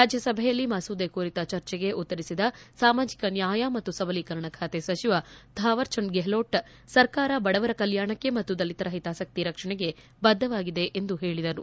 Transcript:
ರಾಜ್ಯಸಭೆಯಲ್ಲಿ ಮಸೂದೆ ಕುರಿತ ಚರ್ಚೆಗೆ ಉತ್ತರಿಸಿದ ಸಾಮಾಜಿಕ ನ್ನಾಯ ಮತ್ತು ಸಬಲೀಕರಣ ಖಾತೆ ಸಚಿವ ಥಾವರ್ ಚಂದ್ ಗೆಹ್ಲೋಟ್ ಸರ್ಕಾರ ಬಡವರ ಕಲ್ಯಾಣಕ್ಕೆ ಮತ್ತು ದಲಿತರ ಹಿತಾಸಕ್ತಿ ರಕ್ಷಣೆಗೆ ಬದ್ದವಾಗಿದೆ ಎಂದು ಹೇಳಿದರು